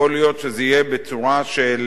יכול להיות שזה יהיה בצורה של